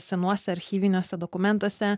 senuose archyviniuose dokumentuose